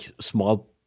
small